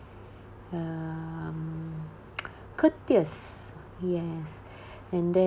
um courteous yes and then